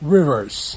Rivers